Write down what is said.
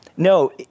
No